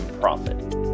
profit